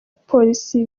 polisi